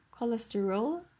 cholesterol